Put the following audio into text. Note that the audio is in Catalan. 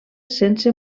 sense